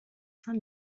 cinq